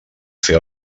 fer